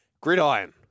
gridiron